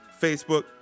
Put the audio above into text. Facebook